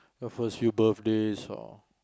your first few birthdays or